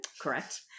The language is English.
Correct